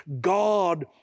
God